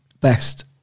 best